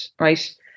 right